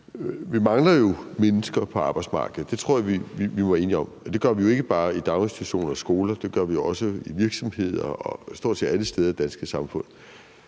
vi mangler jo mennesker på arbejdsmarkedet. Det tror jeg vi er enige om. Og det gør vi jo ikke bare i daginstitutioner og på skoler, det gør vi også i virksomheder og stort set alle steder i det danske samfund.